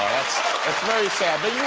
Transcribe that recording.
that's very sad, but